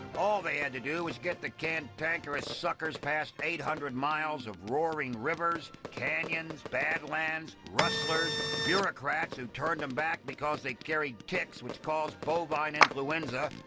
all they had to do was get cantankerous suckers past eight hundred miles of roaring rivers, canyons, badlands, rustlers, bureaucrats who turned them back because they carried ticks which caused bovine influenza,